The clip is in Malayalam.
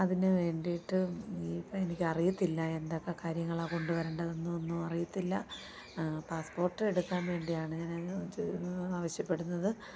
അതിനു വേണ്ടിയിട്ട് ഈ ഇപ്പം എനിക്കറിയത്തില്ല എന്തൊക്കെ കാര്യങ്ങളാണ് കൊണ്ടുവരേണ്ടതെന്നൊന്നും അറിയത്തില്ല പാസ്സ്പോർട്ട് എടുക്കാൻ വേണ്ടിയാണ് ഞാൻ ആവശ്യപ്പെടുന്നത്